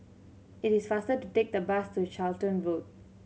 it is faster to take the bus to Charlton Road